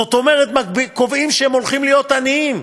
זאת אומרת, קובעים שהם הולכים להיות עניים.